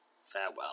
Farewell